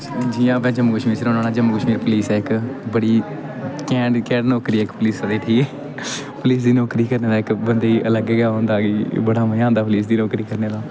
जि'यां में जम्मू कश्मीर च रौह्न्ना होन्नां जम्मू कश्मीर पुलीस ऐ इक बड़ी घैंट घैंट नौकरी ऐ इक पुलीस आह्ले दी ठीक ऐ पुलीस दी नौकरी करने दा इक बंदे गी अलग गै ओह् होंदा कि बड़ा मजा औंदा पुलीस दी नौकरी करने दा